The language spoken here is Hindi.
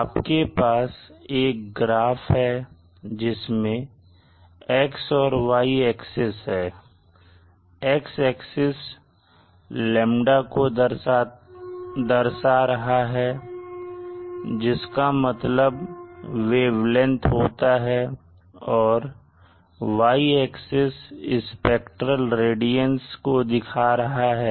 आपके पास एक ग्राफ है जिसमें X और Y एक्सिस हैं X एक्सिस λ तो दर्शा रहा है जिसका मतलब वेवलेंथ होता है और Y एक्सिस स्पेक्ट्रेल रेडियंस को दिखा रहा है